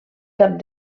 cap